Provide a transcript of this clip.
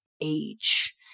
age